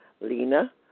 Lena